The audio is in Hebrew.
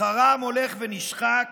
שכרם הולך ונשחק